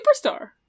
superstar